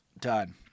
Done